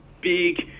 big